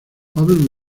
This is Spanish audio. pablo